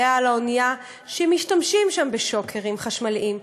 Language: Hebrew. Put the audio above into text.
על האונייה שמשתמשים שם בשוקרים חשמליים,